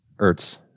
Ertz